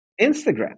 Instagram